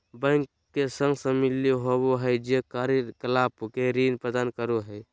bank के संघ सम्मिलित होबो हइ जे कार्य कलाप में ऋण प्रदान करो हइ